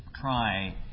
try